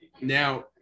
now